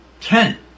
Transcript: ten